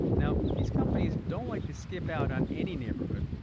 now, these companies don't like to skip out on any neighborhood.